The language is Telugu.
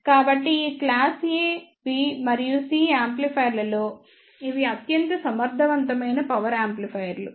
కాబట్టి ఈ క్లాస్ A B మరియు C యాంప్లిఫైయర్లలో ఇవి అత్యంత సమర్థవంతమైన పవర్ యాంప్లిఫైయర్లు